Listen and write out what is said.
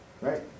Right